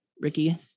Ricky